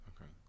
Okay